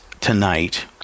tonight